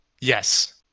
yes